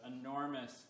enormous